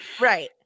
Right